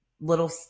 little